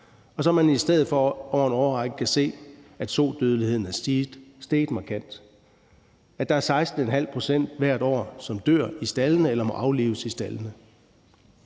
og man i stedet for over en årrække kan se, at sodødeligheden er steget markant, og at der er 16½ pct. hvert år, som dør i staldene eller må aflives i staldene,